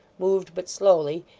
moved but slowly,